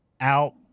out